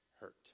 hurt